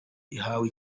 ihawe